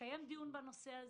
לקיים דיון בנושא הזה.